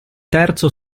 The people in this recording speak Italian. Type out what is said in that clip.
terzo